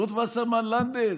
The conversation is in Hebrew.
רות וסרמן לנדה,